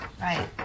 Right